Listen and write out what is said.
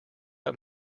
out